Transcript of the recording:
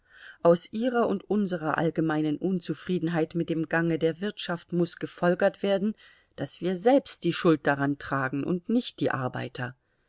aus ihrer und unserer allgemeinen unzufriedenheit mit dem gange der wirtschaft muß gefolgert werden daß wir selbst die schuld daran tragen und nicht die arbeiter